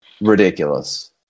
ridiculous